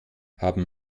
haben